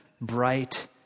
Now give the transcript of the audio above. bright